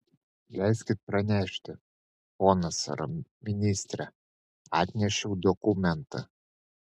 leiskit pranešti ponas rotmistre atnešiau dokumentą